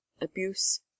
abuse